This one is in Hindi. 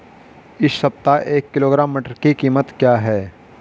इस सप्ताह एक किलोग्राम मटर की कीमत क्या है?